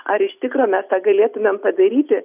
ar iš tikro mes tą galėtumėm padaryti